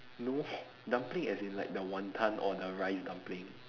no dumpling as in like the wanton or the rice dumpling